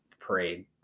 parade